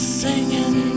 singing